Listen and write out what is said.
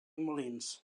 molins